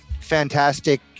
fantastic